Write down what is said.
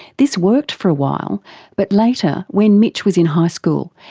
this worked for a while but later, when mitch was in high school,